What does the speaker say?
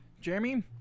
Jeremy